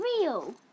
real